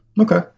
Okay